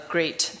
Great